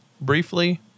briefly